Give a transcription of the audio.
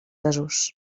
desús